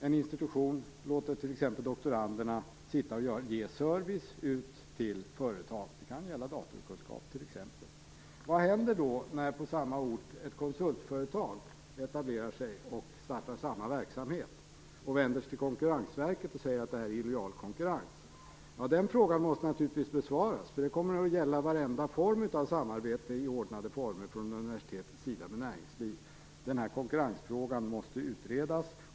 En institution skulle kunna låta doktorander ge service till företag, t.ex. när det gäller datakunskap. Vad händer då när ett konsultföretag etablerar sig på samma ort och startar samma verksamhet, och om företaget vänder sig till Konkurrensverket och säger att det är illojal konkurrens? Den frågan måste naturligtvis besvaras, därför att det kommer att gälla varje form av samarbete i ordnade former mellan universitet och näringsliv. Den konkurrensfrågan måste utredas.